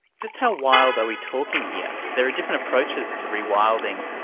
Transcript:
just how wild are we talking here? there are different approaches to rewilding.